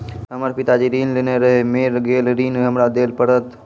हमर पिताजी ऋण लेने रहे मेर गेल ऋण हमरा देल पड़त?